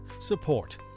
Support